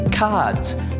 cards